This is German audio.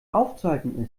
aufzuhalten